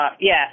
yes